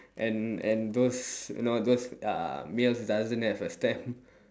and and those you know those uh mails doesn't have a stamp